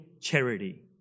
charity